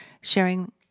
sharing